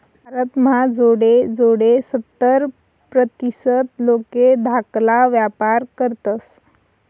भारत म्हा जोडे जोडे सत्तर प्रतीसत लोके धाकाला व्यापार करतस